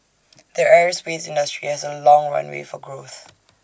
the aerospace industry has A long runway for growth